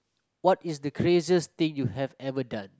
what is the craziest thing you have ever done